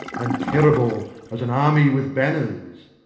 and terrible as an army with banners?